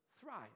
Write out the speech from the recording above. thrive